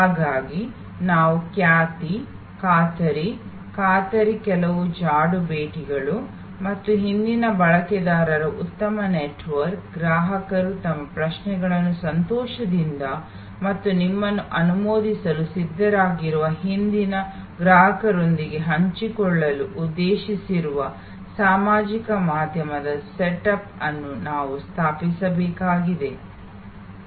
ಹಾಗಾಗಿ ನಾವು ಖ್ಯಾತಿ ಗ್ಯಾರಂಟಿ ವಾರಂಟಿ ಕೆಲವು ಜಾಡು ಭೇಟಿಗಳು ಮತ್ತು ಹಿಂದಿನ ಬಳಕೆದಾರರ ಉತ್ತಮ ನೆಟ್ವರ್ಕ್ ಗ್ರಾಹಕರು ತಮ್ಮ ಪ್ರಶ್ನೆಗಳನ್ನು ಸಂತೋಷದಿಂದ ಮತ್ತು ನಿಮ್ಮನ್ನು ಅನುಮೋದಿಸಲು ಸಿದ್ಧರಾಗಿರುವ ಹಿಂದಿನ ಗ್ರಾಹಕರೊಂದಿಗೆ ಹಂಚಿಕೊಳ್ಳಲು ಉದ್ದೇಶಿಸಿರುವ ಸಾಮಾಜಿಕ ಮಾಧ್ಯಮ ಸೆಟಪ್ ಅನ್ನು ನಾವು ಸ್ಥಾಪಿಸಬೇಕಾಗಿದೆ ಮತ್ತು ಇನ್ನಿತರ